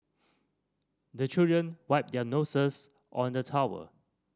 the children wipe their noses on the towel